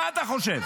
מה אתה חושב?